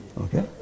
Okay